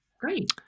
great